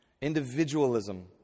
individualism